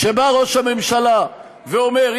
כשבא ראש הממשלה ואומר,